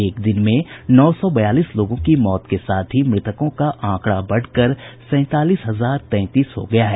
एक दिन में नौ सौ बयालीस लोगों की मौत के साथ ही मृतकों का आंकड़ा बढ़कर सैंतालीस हजार तैंतीस हो गया है